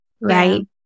Right